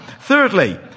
Thirdly